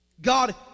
God